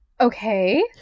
Okay